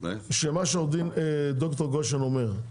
שמה שד"ר גושן אומר,